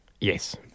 Yes